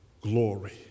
glory